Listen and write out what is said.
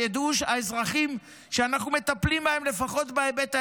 שידעו האזרחים שאנחנו מטפלים בהם לפחות בהיבט האזרחי-כלכלי.